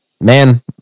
man